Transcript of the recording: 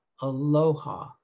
Aloha